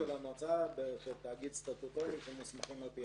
עובדים של המועצה של תאגיד סטטוטורי ומוסמכים על פי החוק.